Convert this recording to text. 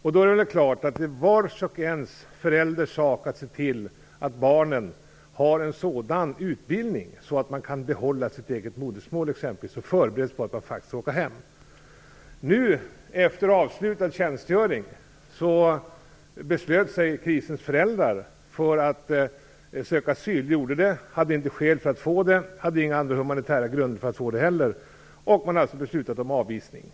Det är då klart att det är varje förälders sak att se till att barnen har en sådan utbildning att de exempelvis kan behålla sitt eget modersmål och förbereda sig på att åka hem. Efter avslutad tjänstgöring beslöt sig Chrisens föräldrar för att söka asyl. De gjorde det, men de hade inte skäl för att få det, och det fanns inte heller några andra humanitära grunder för dem att få det, och Utlänningsnämnden har beslutat om avvisning.